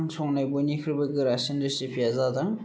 आं संनाय बयनिफ्रायबो गोरासिन रेसिपि या जादों